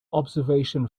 observation